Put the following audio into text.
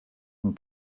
and